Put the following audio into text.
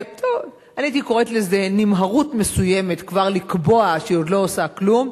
הייתי קוראת לזה נמהרות מסוימת כבר לקבוע שהיא לא עושה כלום.